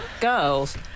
girls